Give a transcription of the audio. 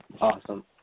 awesome